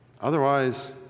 Otherwise